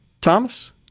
Thomas